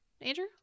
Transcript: Andrew